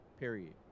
period